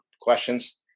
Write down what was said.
questions